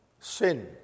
sin